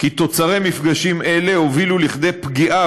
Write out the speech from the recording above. כי תוצרי מפגשים אלה הובילו לכדי פגיעה